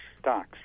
stocks